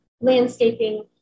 landscaping